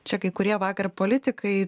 čia kai kurie vakar politikai